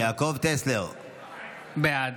בעד